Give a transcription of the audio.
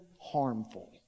harmful